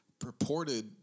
purported